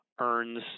earns